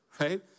right